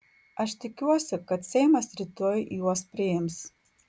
aš tikiuosi kad seimas rytoj juos priims